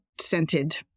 scented